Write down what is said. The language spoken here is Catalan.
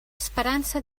esperança